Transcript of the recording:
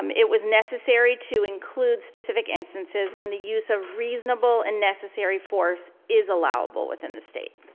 um it was necessary to include specific instances when the use of reasonable and necessary force is allowable within the state.